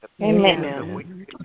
Amen